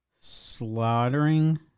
Slaughtering